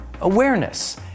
Awareness